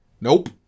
Nope